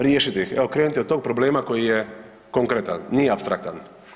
Riješite ih, evo krenite od tog problema koji je konkretan, nije apstraktan.